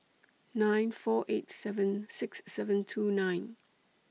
nine four eight seven six seven two nine